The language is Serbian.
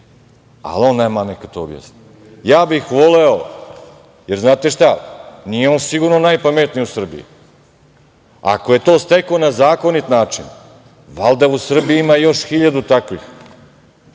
ali on nama neka to objasni. Voleo bih, jer znate šta, nije on sigurno najpametniji u Srbiji. Ako je to stekao na zakonit način, valjda u Srbiji ima još hiljadu takvih,